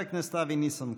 חבר הכנסת אבי ניסנקורן.